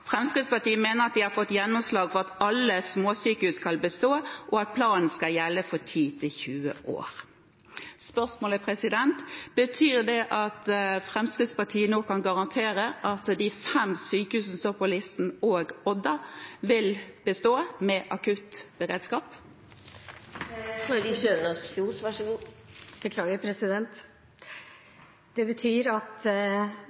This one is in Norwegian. Fremskrittspartiet mener at de har fått gjennomslag for at alle små sykehus skal bestå, og at planen skal gjelde for 10–20 år. Spørsmålet er: Betyr det at Fremskrittspartiet nå kan garantere at de fem sykehusene som står på listen – og Odda – vil bestå med